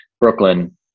Brooklyn